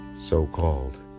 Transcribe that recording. so-called